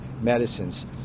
medicines